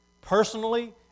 personally